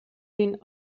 den